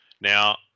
Now